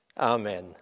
Amen